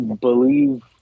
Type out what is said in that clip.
believe